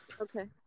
Okay